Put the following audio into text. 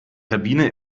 kabine